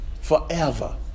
Forever